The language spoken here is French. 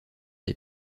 des